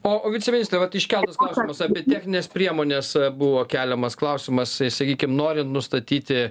o o viceministre vat iškeltas klausimas apie technines priemones buvo keliamas klausimas sakykim norint nustatyti